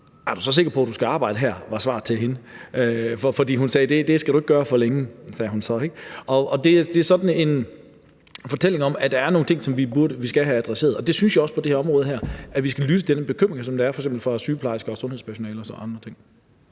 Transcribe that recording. Er du så sikker på, at du skal arbejde her? for det skal du ikke gøre for længe, sagde hun så. Det er sådan en fortælling om, at der er nogle ting, som vi skal have adresseret, og det synes jeg også vi skal på det område her, altså at vi skal lytte til den bekymring, der er fra sygeplejersker, sundhedspersonale og andres side.